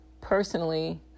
Personally